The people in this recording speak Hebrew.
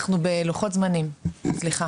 שמי